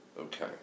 Okay